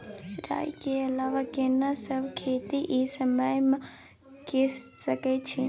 राई के अलावा केना सब खेती इ समय म के सकैछी?